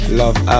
love